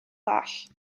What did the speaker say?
goll